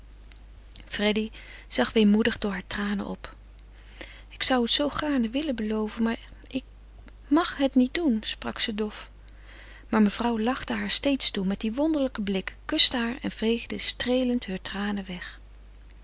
freddy zag weemoedig door hare tranen op ik zou het u zoo gaarne willen beloven maar ik màg het niet doen sprak ze dof maar mevrouw lachte haar steeds toe met dien wonderlijken blik kuste haar en veegde heure tranen weg